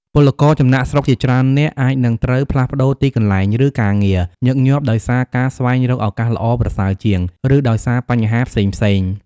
ពលករចំណាកស្រុកជាច្រើននាក់អាចនឹងត្រូវ ផ្លាស់ប្តូរទីកន្លែង ឬការងារ ញឹកញាប់ ដោយសារការស្វែងរកឱកាសល្អប្រសើរជាង ឬដោយសារបញ្ហាផ្សេងៗ ។